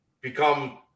become